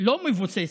לא מבוססת,